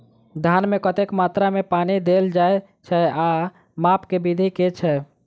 धान मे कतेक मात्रा मे पानि देल जाएँ छैय आ माप केँ विधि केँ छैय?